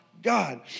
God